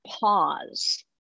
pause